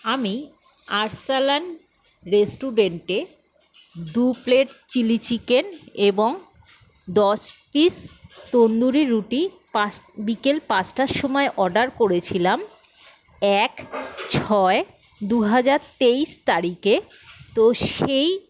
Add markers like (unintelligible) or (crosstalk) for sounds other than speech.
আমি আরসালান রেস্টুরেন্টে দু প্লেট চিলি চিকেন এবং দশ পিস তন্দুরি রুটি (unintelligible) বিকেল পাঁচটার সময় অর্ডার করেছিলাম এক ছয় দুহাজার তেইশ তারিখে তো সেই